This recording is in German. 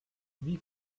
wie